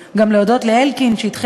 אולי אלוף נוסף שיש אתנו